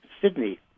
Sydney